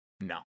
No